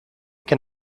can